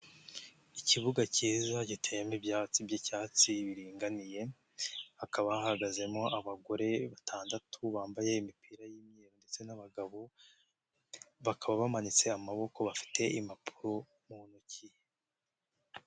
Ikibuga cyiza giteyemo ibyatsi by'icyatsi biringaniye, hakaba hahagazemo abagore batandatu bambaye imipira y'imyeru ndetse n'abagabo, bakaba bamanitse amaboko afite impapuro mu ntoki.